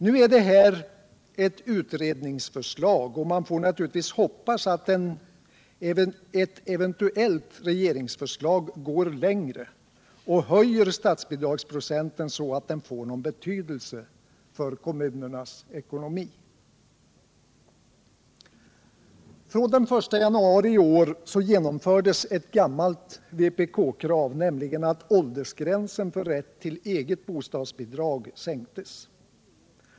Nu är det här ett utredningsförslag, och man får naturligtvis hoppas att ett eventuellt regeringsförslag går längre och höjer statsbidragsprocenten, så att den får någon betydelse för kommunernas ekonomi. Från den 1 januari i år genomfördes ett gammalt vpk-krav, nämligen att åldersgränsen för rätt till eget bostadsbidrag sänktes.